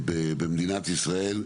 במדינת ישראל,